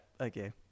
okay